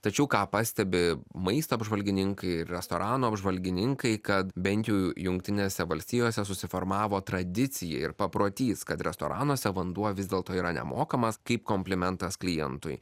tačiau ką pastebi maisto apžvalgininkai ir restoranų apžvalgininkai kad bent jau jungtinėse valstijose susiformavo tradicija ir paprotys kad restoranuose vanduo vis dėlto yra nemokamas kaip komplimentas klientui